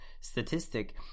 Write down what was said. statistic